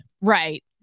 right